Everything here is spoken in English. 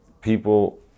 people